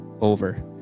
over